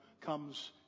comes